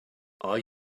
are